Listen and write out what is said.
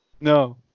No